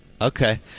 okay